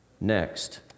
Next